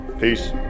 Peace